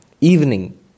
Evening